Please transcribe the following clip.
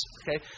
okay